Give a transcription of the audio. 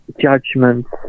judgments